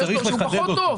שצריך לחדד אותו.